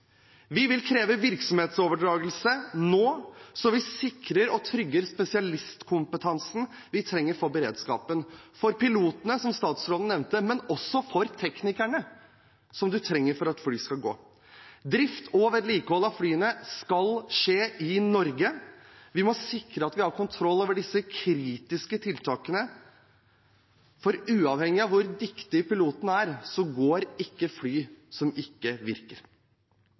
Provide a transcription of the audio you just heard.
Vi vil kreve virksomhetsoverdragelse nå, så vi sikrer spesialistkompetansen vi trenger for beredskapen – for pilotene, som statsråden nevnte, men også for teknikerne, som en trenger for at flyene skal gå. Drift og vedlikehold av flyene skal skje i Norge. Vi må sikre at vi har kontroll over disse kritiske tiltakene, for uavhengig av hvor dyktige pilotene er, går ikke fly som ikke virker.